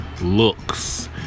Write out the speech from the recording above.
looks